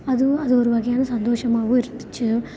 அதுவும் அது ஒரு வகையான சந்தோசமாகவும் இருந்துச்சு